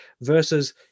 versus